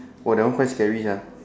!wah! that one quite scary sia